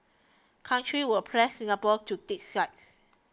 countries will press Singapore to take sides